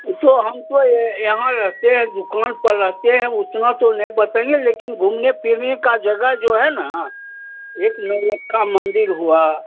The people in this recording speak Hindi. वो तो हम तो ये यहाँ रहते हैं दुकान पर रहते हैं उतना तो नहीं बताएँगे लेकिन घूमने फिरने का जगह जो है न एक नौ लक्खा मंदिर हुआ